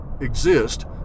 Exist